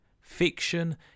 Fiction